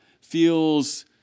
feels